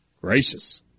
Gracious